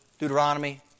Deuteronomy